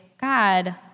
God